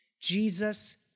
Jesus